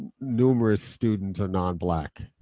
numerous students are non-black,